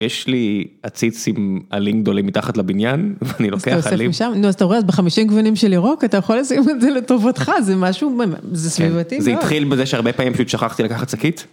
יש לי עציץ עם עלים גדולים מתחת לבניין ואני לוקח עלים. נו אז אתה רואה בחמישים גוונים של ירוק אתה יכול לסיים את זה לטובתך, זה משהו, זה סביבתי. זה התחיל בזה שהרבה פעמים ששכחתי לקחת שקית.